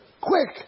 Quick